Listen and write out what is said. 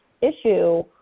issue